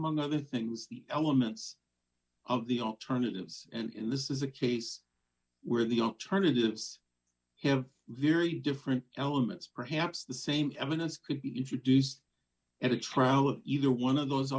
among other things the elements of the alternatives and this is a case where the alternatives have very different elements perhaps the same evidence could be introduced at a trial either one of those